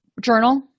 journal